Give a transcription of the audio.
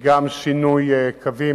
וגם שינוי קווים.